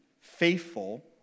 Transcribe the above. faithful